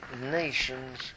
nations